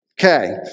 Okay